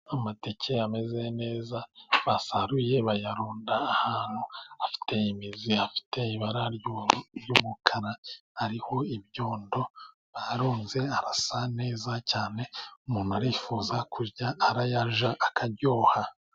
Amateke ameze neza basaruye bayarunda ahantu. Afite imizi afite ibara ry'umukara ariho ibyondo, ayarunze arasa neza cyane. Umuntu arifuza kujya ayarya araryoha.